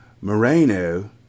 Moreno